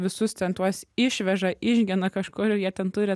visus ten tuos išveža išgena kažkur ir jie ten turi